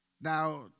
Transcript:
Now